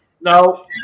no